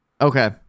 Okay